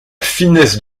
finesse